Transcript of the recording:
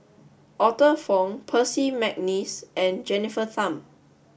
Arthur Fong Percy McNeice and Jennifer Tham